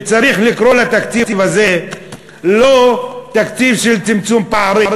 וצריך לקרוא לתקציב הזה לא תקציב של צמצום פערים,